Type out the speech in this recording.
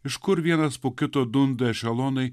iš kur vienas po kito dunda ešelonai